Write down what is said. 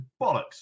bollocks